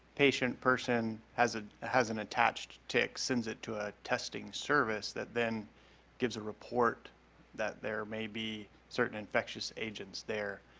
patient, person has a has an attached tick sends it to a testing service that then gives a report that there may be certain infectious agents there.